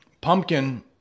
pumpkin